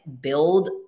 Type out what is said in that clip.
build